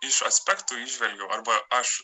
iš aspektų įžvelgiau arba aš